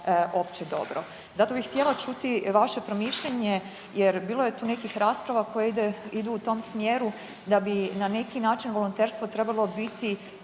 opće dobro. Zato bi htjela čuti vaše promišljanje jer bilo je tu nekih rasprava koje idu u tom smjeru da bi na neki način volonterstvo trebalo biti